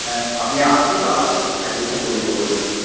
হ্যাঁ আপনি আসুন কাল আসুন অ্যাডমিশন করিয়ে দেবো আপনার